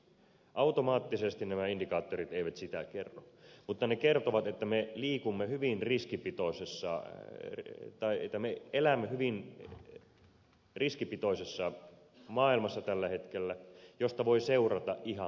automaattisesti nämä indikaattorit eivät sitä kerro mutta ne kertovat että me liikumme hyvin riskipitoisessaa energia tai yritämme elämme hyvin riskipitoisessa maailmassa tällä hetkellä mistä voi seurata ihan mitä hyvänsä